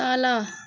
तल